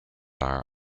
are